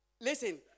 listen